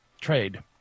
trade